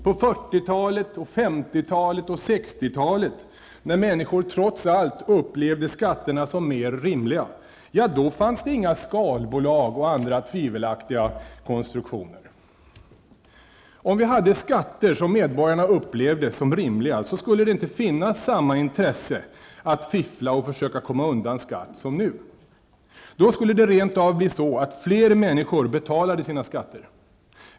På 40-talet, 50-talet och 60-talet -- när människor trots allt upplevde skatterna som mer rimliga -- fanns inga skalbolag och andra tvivelaktiga konstruktioner. Om vi hade skatter som medborgarna upplevde som rimliga skulle det inte finnas samma intresse av att fiffla och försöka komma undan skatt som nu. Då skulle rent av fler människor betala sina skatter.